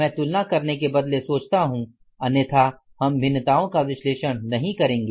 में तुलना करने के बदले सोचता हू अन्यथा हम भिन्नताओं का विश्लेषण नहीं करेंगे